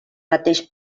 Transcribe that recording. mateix